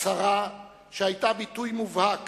הצהרה שהיתה ביטוי מובהק